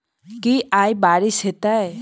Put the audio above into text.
की आय बारिश हेतै?